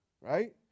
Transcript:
Right